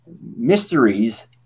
mysteries